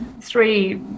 three